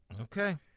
Okay